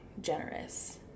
generous